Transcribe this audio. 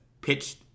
pitched